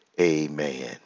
Amen